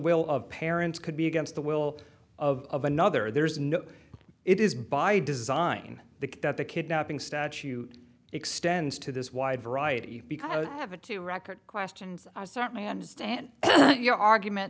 will of parents could be against the will of another there's no it is by design the that the kidnapping statue extends to this wide variety because i have a two record questions i certainly understand your argument